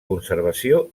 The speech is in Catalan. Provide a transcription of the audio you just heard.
conservació